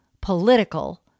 political